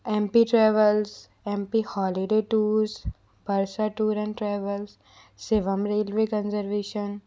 M P travels M P holiday tours Barsha tour and travels Shivam railway conservation